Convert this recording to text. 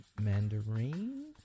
Mandarin